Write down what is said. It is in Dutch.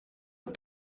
het